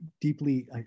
deeply